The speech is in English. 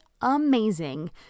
amazing